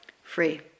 free